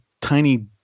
tiny